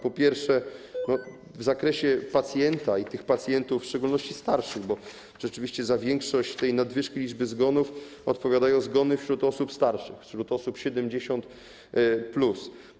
Po pierwsze, w zakresie pacjentów, w szczególności starszych, bo rzeczywiście za większość tej nadwyżki liczby zgonów odpowiadają zgony wśród osób starszych, wśród osób 70+.